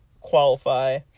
qualify